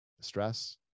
stress